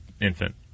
infant